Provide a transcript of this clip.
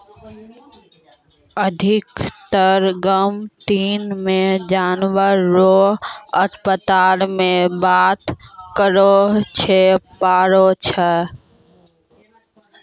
अधिकतर गाम सनी मे जानवर रो अस्पताल मे बात करलो जावै पारै